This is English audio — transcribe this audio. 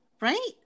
Right